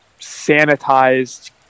sanitized